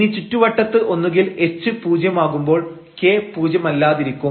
ഇനി ചുറ്റുവട്ടത്ത് ഒന്നുകിൽ h പൂജ്യം ആകുമ്പോൾ k പൂജ്യമല്ലാതിരിക്കും